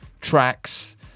tracks